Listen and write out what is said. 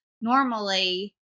normally